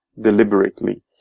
deliberately